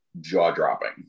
jaw-dropping